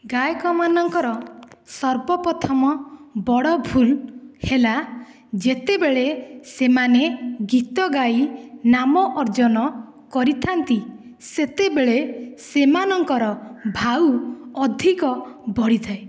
ଗାୟକ ମାନଙ୍କର ସର୍ବ ପ୍ରଥମ ବଡ଼ ଭୁଲ ହେଲା ଯେତେବେଳେ ସେମାନେ ଗୀତ ଗାଇ ନାମ ଅର୍ଜନ କରିଥାନ୍ତି ସେତେବେଳେ ସେମାନଙ୍କର ଭାଉ ଅଧିକ ବଢ଼ିଥାଏ